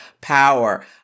power